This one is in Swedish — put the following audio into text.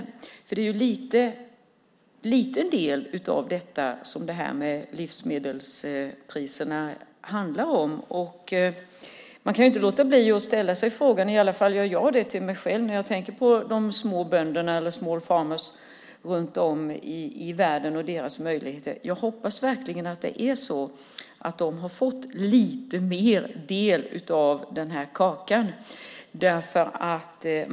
Det är en liten del som det här med livsmedelspriserna handlar om. Man kan inte låta bli att ställa sig frågan - i alla fall gör jag det till mig själv när jag tänker på småbönderna, small farmers , runt om i världen och deras möjligheter. Jag hoppas verkligen att det är så att de har fått en lite större del av den här kakan.